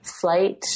Flight